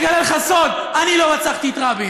אני אגלה לך סוד: אני לא רצחתי את רבין.